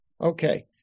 Okay